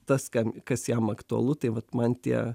tas kam kas jam aktualu tai vat man tie